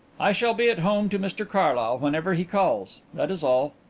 i shall be at home to mr carlyle whenever he calls. that is all.